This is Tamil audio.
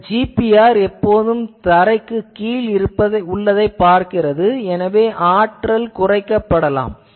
இந்த GPR எப்போதும் தரைக்குக் கீழ் உள்ளதைப் பார்க்கிறது எனவே ஆற்றல் குறைக்கப்படலாம்